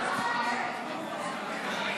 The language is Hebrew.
ההצעה להעביר